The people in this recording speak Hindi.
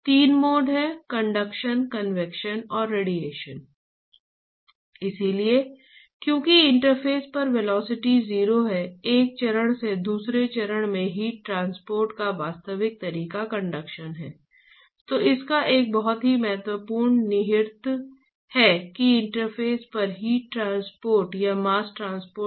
आपको इस बारे में चिंता करने की ज़रूरत नहीं है कि ज्योमेट्री क्या है स्थान क्या है स्थानीय प्रवाह क्या है इत्यादि यदि आप जानते हैं कि औसत हीट ट्रांसपोर्ट गुणांक क्या है